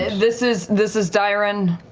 this is this is dairon.